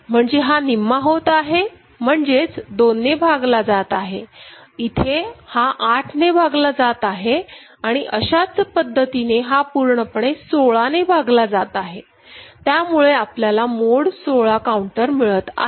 म्हणजे हा निम्मा होत आहे म्हणजेच दोन ने भागला जात आहे इथे 8 ने भागला जात आहे आणि अशाच पद्धतीने हा पूर्णपणे सोळा ने भागला जात आहे त्यामुळे आपल्याला मोड 16 काऊंटर मिळत आहे